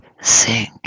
sink